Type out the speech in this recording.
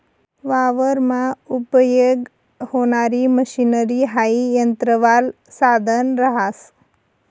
वावरमा उपयेग व्हणारी मशनरी हाई यंत्रवालं साधन रहास